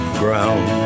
ground